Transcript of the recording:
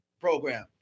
program